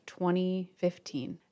2015